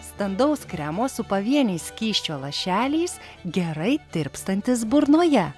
standaus kremo su pavieniais skysčio lašeliais gerai tirpstantis burnoje